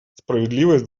справедливость